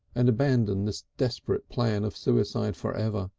and abandon this desperate plan of suicide for ever.